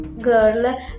girl